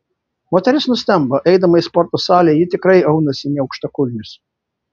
moteris nustemba eidama į sporto salę ji tikrai aunasi ne aukštakulnius